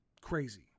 crazy